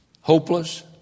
Hopeless